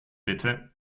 bitte